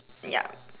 ya